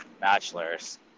bachelor's